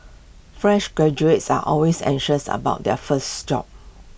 fresh graduates are always anxious about their first job